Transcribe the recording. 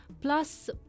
Plus